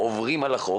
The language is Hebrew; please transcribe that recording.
הן עוברות על החוק